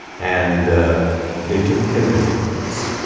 and they took everything from us.